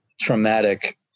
traumatic